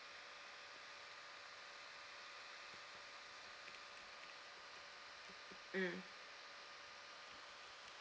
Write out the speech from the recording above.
mm